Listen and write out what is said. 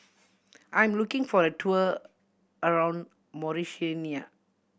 I'm looking for a tour around Mauritania